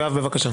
יואב בבקשה.